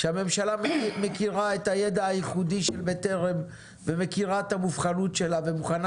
שהממשלה מכירה את הידע הייחודי של בטרם ומכירה את המובחנות שלה ומוכנה